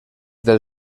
del